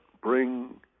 bring